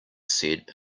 said